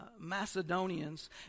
Macedonians